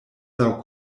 laŭ